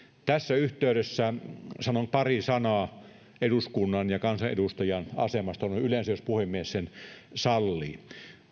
tässä yhteydessä sanon pari sanaa eduskunnan ja kansanedustajan asemasta noin yleensä jos puhemies sen sallii